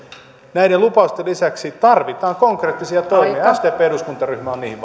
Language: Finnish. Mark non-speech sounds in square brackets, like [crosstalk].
näiden lupausten lisäksi tarvitaan konkreettisia toimia sdpn eduskuntaryhmä on niihin [unintelligible]